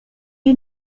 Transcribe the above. you